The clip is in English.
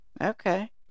Okay